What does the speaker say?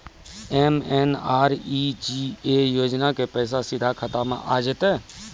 MNREGA योजना के पैसा सीधा खाता मे आ जाते?